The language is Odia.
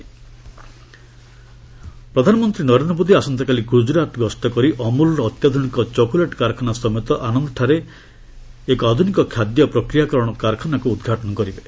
ପିଏମ ଗ୍ନଜରାତ୍ ଭିଜିଟ୍ ପ୍ରଧାନମନ୍ତ୍ରୀ ନରେନ୍ଦ୍ର ମୋଦି ଆସନ୍ତାକାଲି ଗୁଜରାତ ଗସ୍ତ କରି ଅମୁଲର ଅତ୍ୟାଧୁନିକ ଚକୋଲେଟ କାରଖାନା ସମେତ ଆନନ୍ଦଠାରେ ଏକ ଆଧୁନିକ ଖାଦ୍ୟ ପ୍ରକ୍ରିୟାକରଣ କାରଖାନାକୁ ଉଦ୍ଘାଟନ କରିବେ